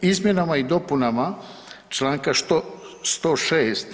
Izmjenama i dopunama članka 106.